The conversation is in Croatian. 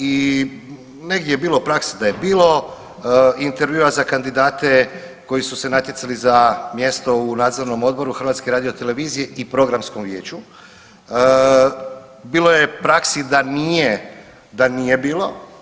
I negdje je bilo prakse da je bilo intervjua za kandidate koji su se natjecali za mjesto u Nadzornom odboru HRT-a i Programskom vijeću, bilo je praksi da nije bilo.